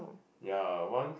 ya once